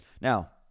Now